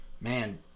man